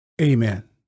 Amen